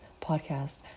podcast